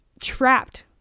trapped